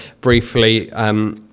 briefly